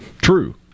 true